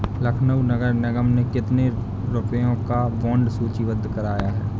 लखनऊ नगर निगम ने कितने रुपए का बॉन्ड सूचीबद्ध कराया है?